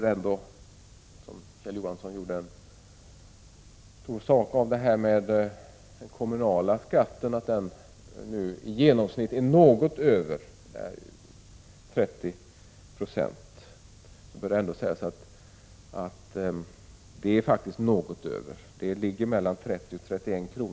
Kjell Johansson gjorde stor sak av att den kommunala skatten i genomsnitt går upp till över 30 20 av bruttoinkomsten. Ja, den ligger mellan 30 och 31 kr.